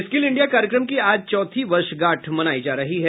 skill India कार्यक्रम की आज चौथी वर्षगांठ मनाई जा रही है